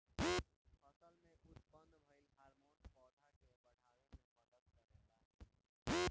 फसल में उत्पन्न भइल हार्मोन पौधा के बाढ़ावे में मदद करेला